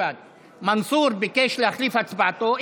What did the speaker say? מנסור ביקש להחליף את הצבעתו,